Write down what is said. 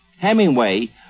Hemingway